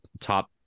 top